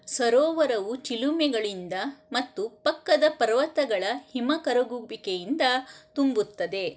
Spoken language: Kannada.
ಸರೋವರವು ಚಿಲುಮೆಗಳಿಂದ ಮತ್ತು ಪಕ್ಕದ ಪರ್ವತಗಳ ಹಿಮ ಕರಗುವಿಕೆಯಿಂದ ತುಂಬುತ್ತದೆ